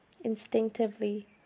Instinctively